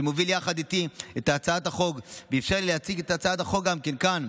שמוביל יחד איתי את הצעת החוק ואפשר לי להציג את הצעת החוק גם כאן,